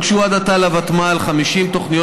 הוגשו עד עתה לוותמ"ל 50 תוכניות